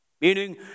Meaning